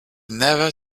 never